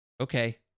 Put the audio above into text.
okay